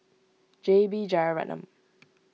J B Jeyaretnam